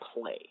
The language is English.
play